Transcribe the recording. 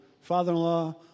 father-in-law